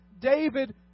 David